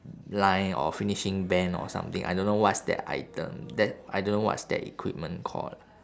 line or finishing band or something I don't know what's that item that I don't know what's that equipment called